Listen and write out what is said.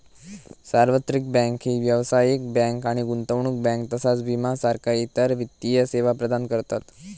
सार्वत्रिक बँक ही व्यावसायिक बँक आणि गुंतवणूक बँक तसाच विमा सारखा इतर वित्तीय सेवा प्रदान करतत